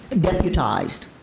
deputized